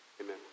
Amen